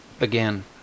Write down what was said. again